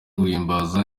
guhimbaza